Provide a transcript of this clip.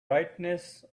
brightness